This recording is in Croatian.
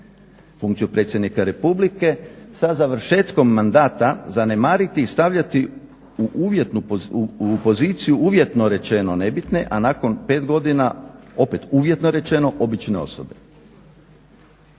funkciju predsjednika republike sa završetkom mandata zanemariti i stavljati u poziciju, uvjetno rečeno, nebitne, a nakon 5 godina opet, uvjetno rečeno, obične osobe.